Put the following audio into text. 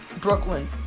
Brooklyn